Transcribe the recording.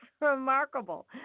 remarkable